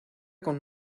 con